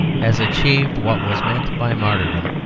has achieved what was meant by martyrdom,